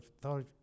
thought